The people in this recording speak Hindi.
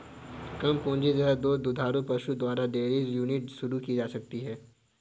कम पूंजी तथा दो दुधारू पशु द्वारा डेयरी यूनिट शुरू की जा सकती है